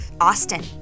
Austin